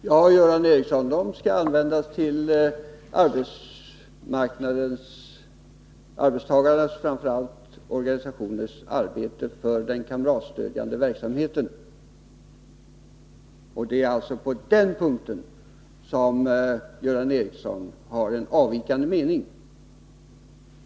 Fru talman! De skall, Göran Ericsson, användas till det arbete som arbetsmarknadens — framför allt arbetstagarnas — organisationer utför inom den kamratstödjande verksamheten. Det är alltså på den punkten som Göran Ericsson har en avvikande mening.